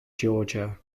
georgia